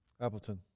Appleton